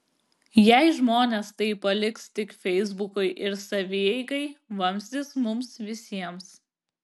jei žmonės tai paliks tik feisbukui ir savieigai vamzdis mums visiems